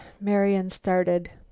marian started.